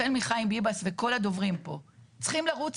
החל מחיים ביבס וכל הדוברים פה צריכים לרוץ